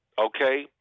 okay